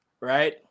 right